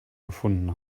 gefunden